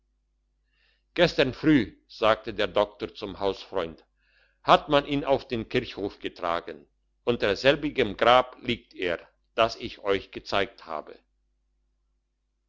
gestern früh sagte der doktor zum hausfreund hat man ihn auf den kirchhof getragen unter selbigem grab liegt er das ich euch gezeigt habe